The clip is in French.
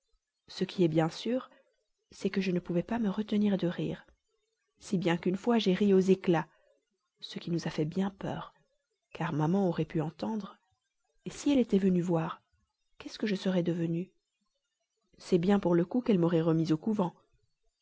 ce qui est bien sûr c'est que je ne pouvais pas me retenir de rire si bien même qu'une fois j'ai ri aux éclats ce qui nous a fait bien peur car maman aurait pu entendre si elle était venue voir qu'est-ce que je serais devenue c'est bien pour le coup qu'elle m'aurait remise au couvent